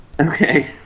Okay